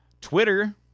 Twitter